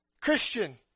Christian